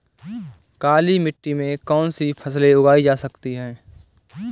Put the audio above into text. काली मिट्टी में कौनसी फसलें उगाई जा सकती हैं?